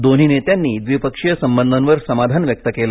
दोन्ही नेत्यांनी द्विपक्षीय संबंधांवर समाधान व्यक्त केले